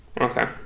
Okay